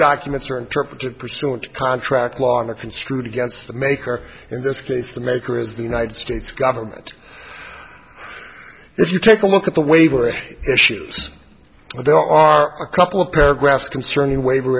documents are interpreted pursuant to contract law or construed against the maker in this case the maker is the united states government if you take a look at the waiver issue there are a couple of paragraphs concerning waiver